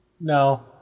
No